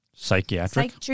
Psychiatric